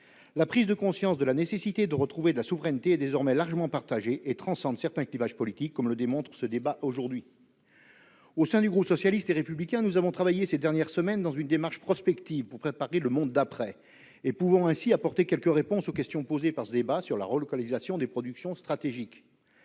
La prise de conscience de la nécessité de retrouver de la souveraineté est désormais largement partagée et transcende certains clivages politiques, comme le démontre le débat aujourd'hui. Au sein du groupe socialiste et républicain, nous avons travaillé, ces dernières semaines, selon une démarche prospective, pour préparer le « monde d'après », et pouvons ainsi apporter quelques réponses aux questions posées à l'occasion de ce débat sur la relocalisation des productions stratégiques.